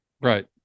right